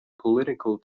political